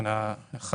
תיקון תקנה 2